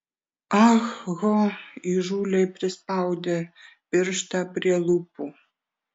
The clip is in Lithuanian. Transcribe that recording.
ah ho įžūliai prispaudė pirštą prie lūpų